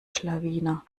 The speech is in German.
schlawiner